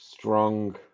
Strong